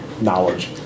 knowledge